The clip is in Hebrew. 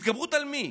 התגברות על מי?